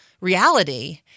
reality